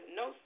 no